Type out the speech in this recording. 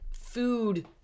food